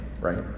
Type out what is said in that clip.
Right